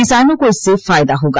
किसानों को इससे फायदा होगा